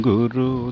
Guru